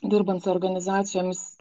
dirbant su organizacijomis